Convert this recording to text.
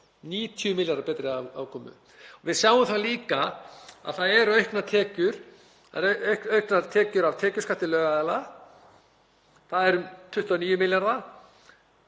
90 milljarða betri afkoma. Við sjáum það líka að það eru auknar tekjur af tekjuskatti lögaðila. Það eru um 29 milljarðar.